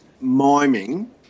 miming